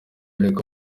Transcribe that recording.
ariko